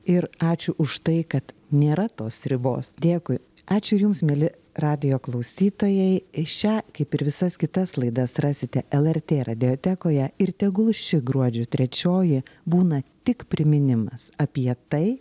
ir ačiū už tai kad nėra tos ribos dėkui ačiū ir jums mieli radijo klausytojai šią kaip ir visas kitas laidas rasite lrt radiotekoje ir tegul ši gruodžio trečioji būna tik priminimas apie tai